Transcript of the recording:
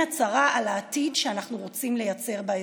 הצהרה על העתיד שאנחנו רוצים לייצר באזור,